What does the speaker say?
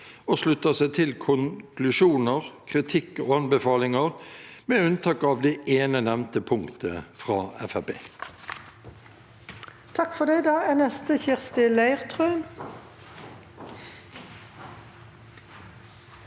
som slutter seg til konklusjoner, kritikk og anbefalinger – med unntak av det ene nevnte punktet fra